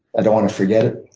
i don't want to forget